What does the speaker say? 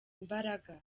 imbaraga